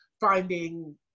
finding